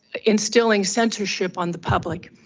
instilling censorship on the public.